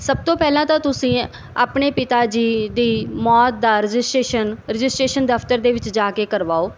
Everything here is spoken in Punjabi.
ਸਭ ਤੋਂ ਪਹਿਲਾਂ ਤਾਂ ਤੁਸੀਂ ਆਪਣੇ ਪਿਤਾ ਜੀ ਦੀ ਮੌਤ ਦਾ ਰਜਿਸਟਰੇਸ਼ਨ ਰਜਿਸਟਰੇਸ਼ਨ ਦਫਤਰ ਦੇ ਵਿੱਚ ਜਾ ਕੇ ਕਰਵਾਓ